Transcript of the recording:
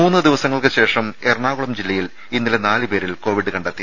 മൂന്ന് ദിവസങ്ങൾക്ക് ശേഷം എറണാകുളം ജില്ലയിൽ ഇന്നലെ നാലുപേരിൽ കോവിഡ് കണ്ടെത്തി